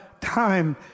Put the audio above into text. time